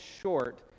short